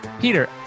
peter